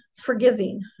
forgiving